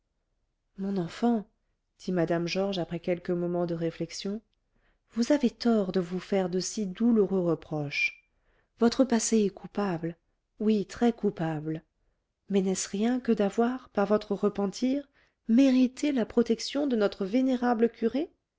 mon enfant dit mme georges après quelques moments de réflexion vous avez tort de vous faire de si douloureux reproches votre passé est coupable oui très coupable mais n'est-ce rien que d'avoir par votre repentir mérité la protection de notre vénérable curé